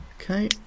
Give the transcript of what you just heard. Okay